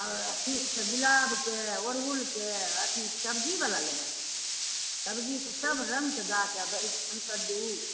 अथीके गुलाबके अड़हूलके अथी सबजी बला लेबै सबजीके सब रङ्गके गाछ बैगन कद्दू